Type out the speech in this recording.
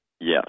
Yes